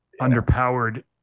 underpowered